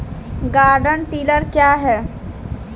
Garden tiller क्या हैं?